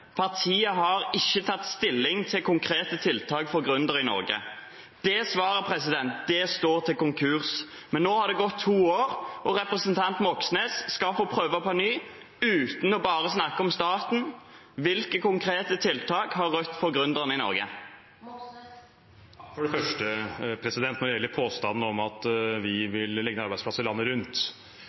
har ikke tatt stilling til konkrete tiltak for gründere i Norge». Det svaret står til konkurs. Men nå har det gått to år, og representanten Moxnes skal få prøve på ny, uten bare å snakke om staten: Hvilke konkrete tiltak har Rødt for gründerne i Norge? For det første, når det gjelder påstanden om at vi vil legge ned arbeidsplasser landet rundt,